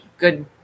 good